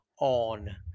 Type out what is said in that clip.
on